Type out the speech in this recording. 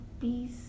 peace